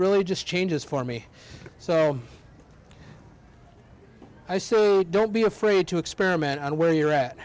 really just changes for me so i say don't be afraid to experiment where you're at